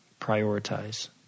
Prioritize